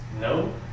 no